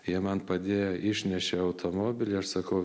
jie man padėjo išnešė automobilį aš sakau